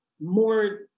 more